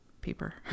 paper